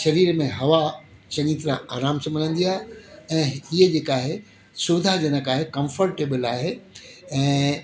शरीर में हवा चङी तरह आरामु सां मिलंदी आहे ऐं हीअ जेका आहे शौधा जनक आहे कंफर्टेबल आहे ऐं